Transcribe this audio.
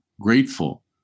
grateful